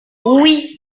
oui